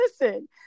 listen